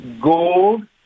gold